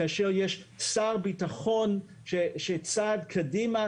כאשר יש שר ביטחון שרואה צעד קדימה,